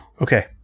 Okay